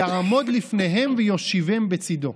יעמוד לפניהם ויושיבם לצידו.